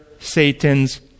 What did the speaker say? Satan's